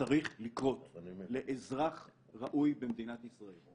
הקצין הנכבד ניר שהגיע לדיון היום מוכיח מעל